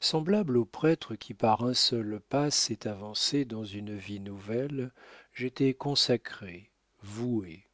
semblable au prêtre qui par un seul pas s'est avancé dans une vie nouvelle j'étais consacré voué